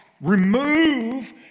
remove